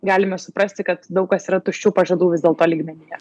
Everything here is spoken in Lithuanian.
galime suprasti kad daug kas yra tuščių pažadų vis dėlto lygmenyje